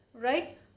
right